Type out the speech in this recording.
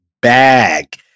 bag